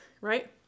right